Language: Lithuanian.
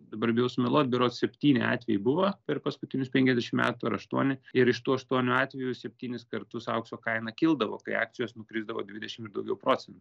dabar bijau sumeluot berods septyni atvejai buvo per paskutinius penkiasdešim metų ar aštuoni ir iš tų aštuonių atvejų septynis kartus aukso kaina kildavo kai akcijos nukrisdavo dvidešim ir daugiau procentų